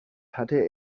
hatte